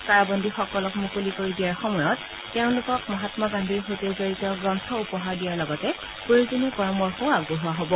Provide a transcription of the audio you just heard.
কাৰাবন্দীসকলক মুকলি কৰি দিয়াৰ সময়ত তেওঁলোক মহাম্মা গান্ধীৰ সৈতে জড়িত গ্ৰন্থ উপহাৰ দিয়াৰ লগতে প্ৰয়োজনীয় পৰামৰ্শও আগবঢ়োৱা হব